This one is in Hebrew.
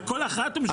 על כל אחת הוא משלם.